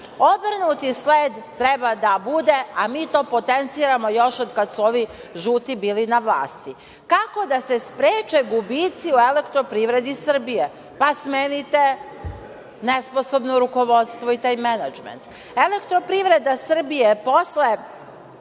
Obrnuti sled treba da bude, a mi to potenciramo još od kada su ovi žuti bili na vlasti. Kako da se spreče gubici u Elektroprivredi Srbije? Pa, smenite nesposobno rukovodstvo i taj menadžment. Elektroprivreda Srbije, posle